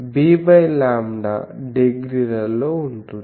443bλ డిగ్రీలలో ఉంటుంది